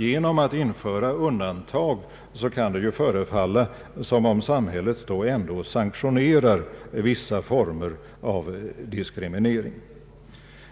Genom att införa undantag kunde det förefalla som om samhället ändå sanktionerar vissa former av diskriminering.